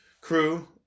crew